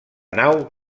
nau